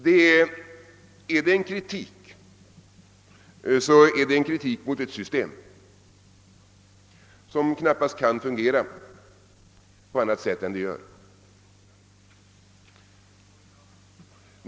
är det en kritik, så är det en kritik av ett system som knappast kan fungera på annat sätt än det gör.